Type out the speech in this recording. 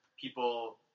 people